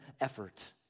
effort